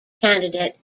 candidate